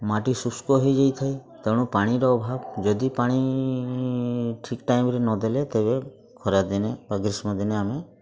ମାଟି ଶୁଷ୍କ ହେଇଯାଇଥାଏ ତେଣୁ ପାଣିର ଅଭାବ ଯଦି ପାଣି ଠିକ ଟାଇମ୍ରେ ନ ଦେଲେ ତେବେ ଖରା ଦିନେ ବା ଗ୍ରୀଷ୍ମ ଦିନେ ଆମେ